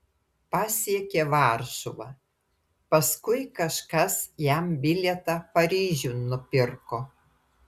pasiekė varšuvą paskui kažkas jam bilietą paryžiun nupirko